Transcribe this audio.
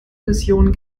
mission